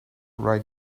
right